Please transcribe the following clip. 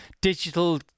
digital